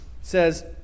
says